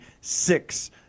six